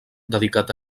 dedicat